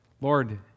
Lord